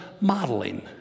modeling